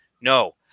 No